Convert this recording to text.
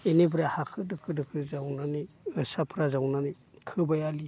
इनिफ्राय हाखो दोखो दोखो जावनानै साफ्रा जावनानै खोबाय आलि